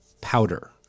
powder